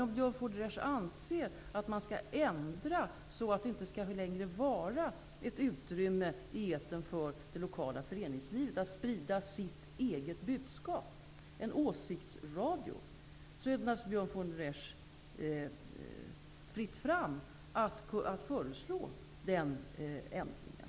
Om Björn von der Esch anser att man skall ändra så att det inte längre skall finnas ett utrymme i etern för det lokala föreningslivet -- spridandet av egna budskap, en åsiktsradio -- är det naturligtvis fritt fram för honom att föreslå den ändringen.